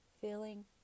Feeling